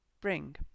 bring